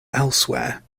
elsewhere